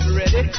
ready